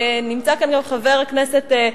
נמצא כאן גם חבר הכנסת,